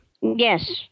Yes